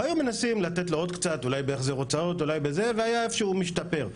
היו מנסים לתת לו עוד קצת אולי בהחזר הוצאות והיה איפשהו משתפר.